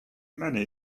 many